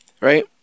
right